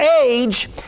age